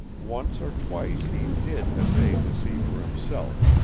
once or twice he did essay to see for himself,